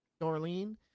Darlene